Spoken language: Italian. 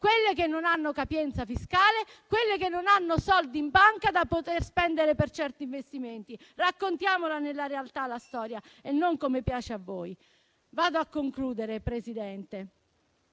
quelle che non hanno capienza fiscale, quelle che non hanno soldi in banca da poter spendere per certi investimenti. Raccontiamola nella realtà la storia e non come piace a voi. Vado a concludere, Presidente.